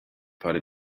parry